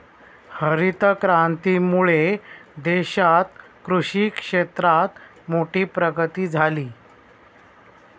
हरीत क्रांतीमुळे देशात कृषि क्षेत्रात मोठी प्रगती झाली